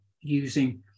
using